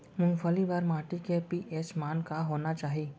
मूंगफली बर माटी के पी.एच मान का होना चाही?